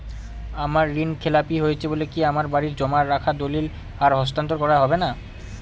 আমার ঋণ খেলাপি হয়েছে বলে কি আমার বাড়ির জমা রাখা দলিল আর হস্তান্তর করা হবে না?